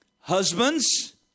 Husbands